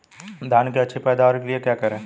धान की अच्छी पैदावार के लिए क्या करें?